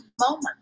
moment